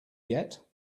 yet